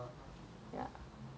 err